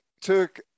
took